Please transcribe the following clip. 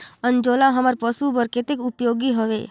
अंजोला हमर पशु बर कतेक उपयोगी हवे?